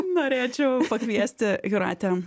norėčiau pakviesti jūratę